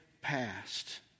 past